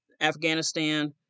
Afghanistan